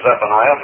Zephaniah